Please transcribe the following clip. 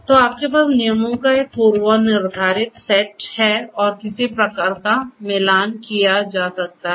तो आपके पास नियमों का एक पूर्वनिर्धारित सेट है और किसी प्रकार का मिलान किया जा सकता है